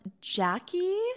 Jackie